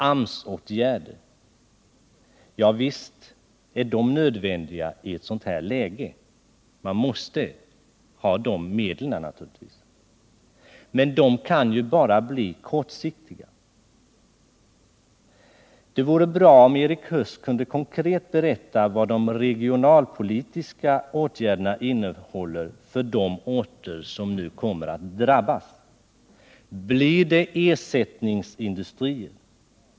AMS-åtgärder. Ja, visst är de nödvändiga i ett sådant läge; man måste naturligtvis ha de medlen. Men de kan ju bara bli kortsiktiga. Det vore bra om Erik Huss kunde konkret berätta vad de regionalpolitiska åtgärderna innehåller för de orter som nu kommer att drabbas. Blir det ersättningsindustrier?